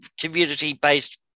community-based